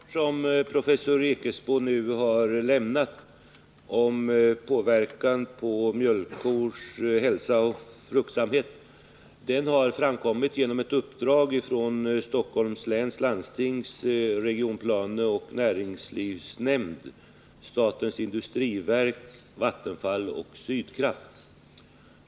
Herr talman! Den rapport som professor Ekesbo har avlämnat om påverkan på mjölkkors hälsa och fruktsamhet har utförts efter ett uppdrag från Stockholms läns landstings regionplaneoch näringslivsnämnd, statens industriverk, Vattenfall och Sydkraft.